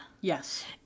Yes